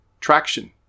traction